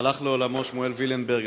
הלך לעולמו שמואל וילנברג,